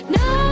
no